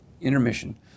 intermission